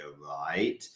right